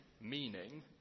meaning